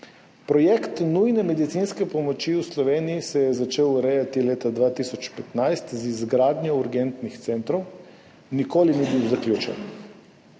Projekt nujne medicinske pomoči v Sloveniji se je začel urejati leta 2015 z izgradnjo urgentnih centrov. Nikoli ni bil zaključen,